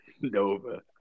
Nova